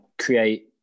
create